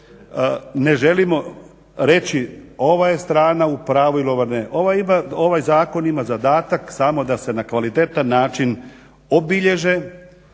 ne želimo reći ova je strana u pravu ili ova ne. Ovaj zakon ima zadatak samo da se na kvalitetan način obilježe,